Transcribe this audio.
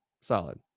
Solid